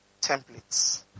templates